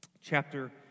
chapter